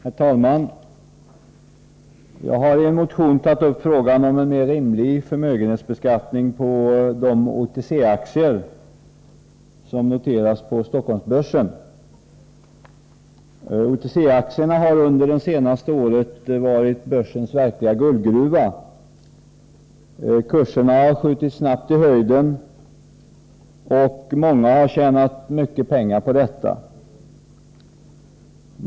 Herr talman! Jag har i en motion tagit upp frågan om en mer rimlig förmögenhetsbeskattning av de OTC-aktier som noteras på Stockholmsbörsen. OTC-aktierna har under det senaste året varit börsens verkliga guldgruva. Kurserna har snabbt skjutit i höjden, och många har tjänat stora pengar på detta.